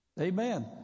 Amen